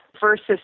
versus